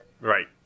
Right